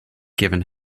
given